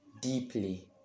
deeply